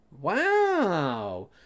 Wow